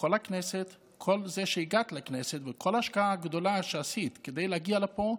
זה שהגעת לכנסת וכל ההשקעה הגדולה שעשית כדי להגיע לפה.